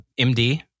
MD